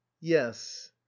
yes